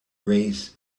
race